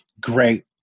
great